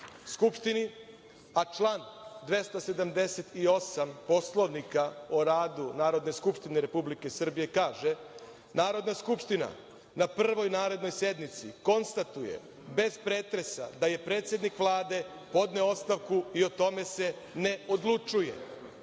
Skupštini, a član 278. Poslovnika o radu Narodne skupštine Republike Srbije kaže – Narodna skupština na prvoj narednoj sednici konstatuje bez pretresa da je predsednik Vlade podneo ostavku i o tome se ne odlučuje.